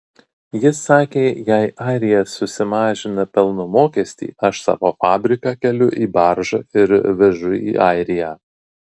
jis sakė jei airija susimažina pelno mokestį aš savo fabriką keliu į baržą ir vežu į airiją